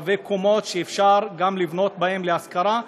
רבי-קומות, שאפשר גם לבנות בהם להשכרה,